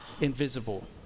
invisible